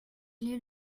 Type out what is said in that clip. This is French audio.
est